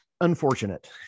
unfortunate